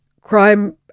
crime